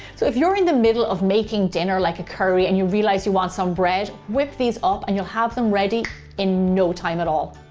so if you're in the middle of making dinner like a curry and you realize you want some bread, whip these up and you'll have them ready in no time at all.